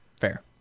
Fair